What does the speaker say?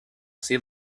sea